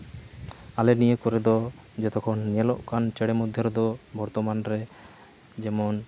ᱟᱞᱮ ᱱᱤᱭᱟᱹ ᱠᱚᱨᱮ ᱫᱚ ᱡᱚᱛᱚ ᱠᱷᱚᱱ ᱧᱮᱞᱚᱜ ᱠᱟᱱ ᱪᱮᱬᱮ ᱢᱚᱫᱽᱫᱷᱮ ᱨᱮᱫᱚ ᱵᱚᱨᱛᱚᱢᱟᱱ ᱨᱮ ᱡᱮᱢᱚᱱ